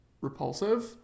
repulsive